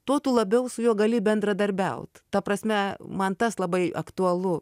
tuo tu labiau su juo gali bendradarbiaut ta prasme man tas labai aktualu